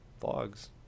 vlogs